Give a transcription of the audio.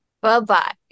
Bye-bye